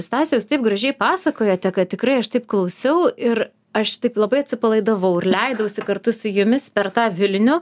stase jūs taip gražiai pasakojote kad tikrai aš taip klausiau ir aš taip labai atsipalaidavau ir leidausi kartu su jumis per tą vilinių